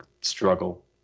struggle